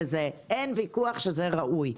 אין ויכוח שזה ראוי.